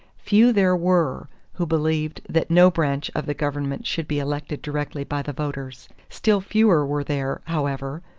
few there were who believed that no branch of the government should be elected directly by the voters still fewer were there, however,